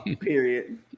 Period